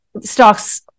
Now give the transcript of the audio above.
Stocks